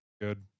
Good